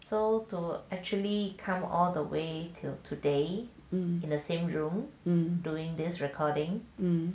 so to actually come all the way till today in the same room doing this recording